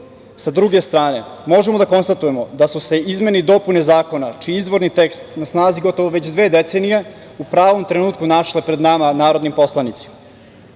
Sa druge strane, možemo da konstatujemo da su se izmene i dopune zakona, čiji je izvorni tekst na snazi gotovo već dve decenije, u pravom trenutku našle pred nama, narodnim poslanicima. Da